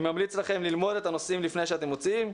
אני ממליץ לכם ללמוד את הנושאים לפני שאתם מוציאים.